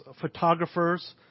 photographers